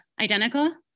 identical